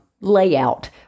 layout